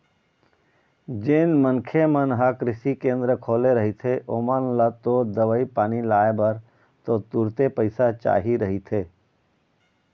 जेन मनखे मन ह कृषि केंद्र खोले रहिथे ओमन ल तो दवई पानी लाय बर तो तुरते पइसा चाही रहिथे